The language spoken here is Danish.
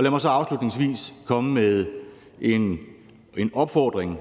Lad mig så afslutningsvis komme med en opfordring.